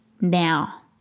now